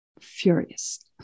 furious